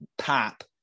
pop